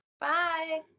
Bye